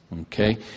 Okay